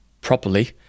properly